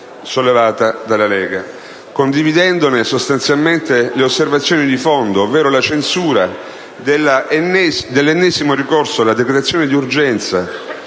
sollevata dalla Lega, condividendone sostanzialmente le osservazioni di fondo, ovvero la censura dell'ennesimo ricorso alla decretazione d'urgenza,